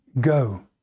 go